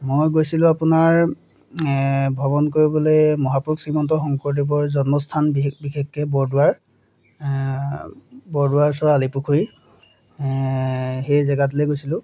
মই গৈছিলোঁ আপোনাৰ ভ্ৰমণ কৰিবলে মহাপুৰুষ শ্ৰীমন্ত শংকৰদেৱৰ জন্মস্থান বিশেষকৈ বৰদোৱাৰ বৰদোৱাৰ ওচৰৰ আলিপুখুৰী সেই জেগাটোলৈ গৈছিলোঁ